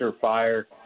fire